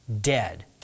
dead